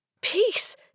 Peace